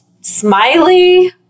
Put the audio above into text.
smiley